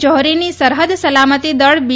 જાહરીની સરહદ સલામતી દળ બી